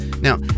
Now